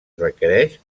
requereix